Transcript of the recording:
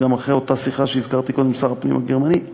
גם אחרי אותה שיחה שהזכרתי קודם עם שר הפנים הגרמני,